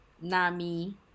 Nami